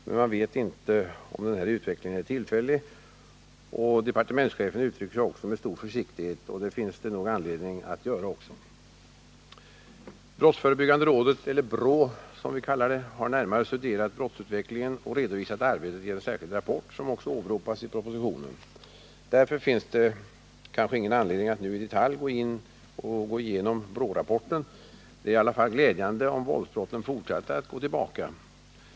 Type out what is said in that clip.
Men man vet inte om den här utvecklingen är tillfällig — departementschefen uttrycker sig också med stor försiktighet, vilket det nog finns anledning att göra. Brottsförebyggande rådet, eller BRÅ som vi brukar kalla det, har närmare studerat brottsutvecklingen och redovisat arbetet i en särskild rapport som också åberopas i propositionen. Därför finns det kanske ingen anledning att nu i detalj gå igenom BRÅ-rapporten. Det är i alla fall glädjande om våldsbrotten fortsätter att gå tillbaka.